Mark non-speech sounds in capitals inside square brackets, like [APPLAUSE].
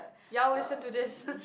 ya I'll listen to this [LAUGHS]